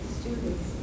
students